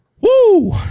Woo